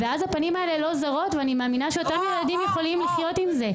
ואז הפנים האלה לא זרות ואני מאמינה שאותם ילדים יכולים לחיות עם זה.